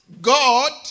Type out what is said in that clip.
God